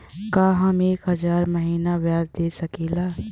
का हम एक हज़ार महीना ब्याज दे सकील?